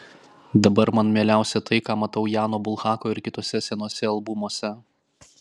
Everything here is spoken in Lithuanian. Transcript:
dabar man mieliausia tai ką matau jano bulhako ir kituose senuose albumuose